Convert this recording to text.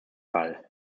fall